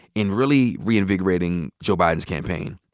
in really reinvigorating joe biden's campaign.